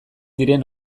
diren